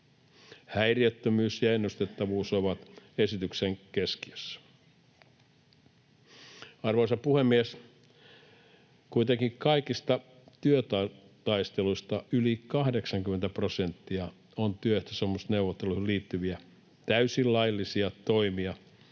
Häiriöttömyys ja ennustettavuus ovat esityksen keskiössä. Arvoisa puhemies! Kuitenkin kaikista työtaisteluista yli 80 prosenttia on työehtosopimusneuvotteluihin liittyviä täysin laillisia toimia,